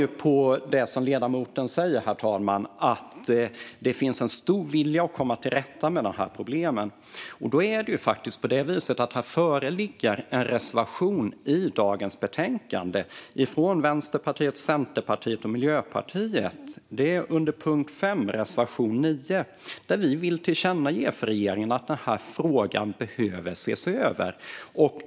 Jag hör på ledamoten att det finns en stor vilja att komma till rätta med dessa problem. I dagens betänkande föreligger faktiskt en reservation från Vänsterpartiet, Centerpartiet och Miljöpartiet, reservation 9 under punkt 5. Vi vill tillkännage för regeringen att frågan behöver ses över.